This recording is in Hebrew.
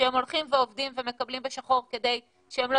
שהם הולכים ועובדים ומקבלים בשחור כדי שהם לא